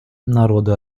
народы